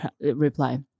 reply